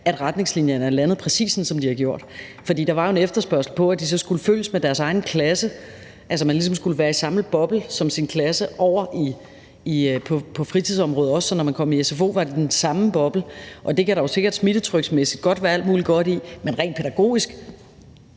at retningslinjerne er landet, præcis som de har gjort. For der var jo en efterspørgsel på, at man skulle følges med sin egen klasse, og at man ligesom skulle være i samme boble som sin klasse over på fritidsområdet og også, når man kom i sfo. Det kan der sikkert smittetryksmæssigt være alt mulig godt i, men hvad angår